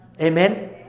Amen